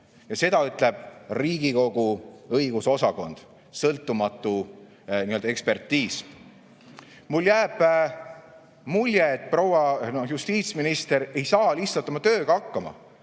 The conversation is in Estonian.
Ja seda ütleb Riigikogu õigusosakond, sõltumatu ekspertiis. Mul jääb mulje, et proua justiitsminister ei saa lihtsalt oma tööga hakkama,